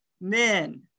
men